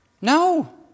No